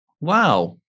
Wow